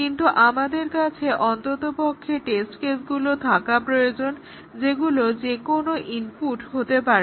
কিন্তু আমাদের কাছে অন্ততপক্ষে টেস্ট কেসগুলো থাকা প্রয়োজন যেগুলো যেকোনো ইনপুট হতে পারে